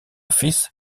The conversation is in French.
fils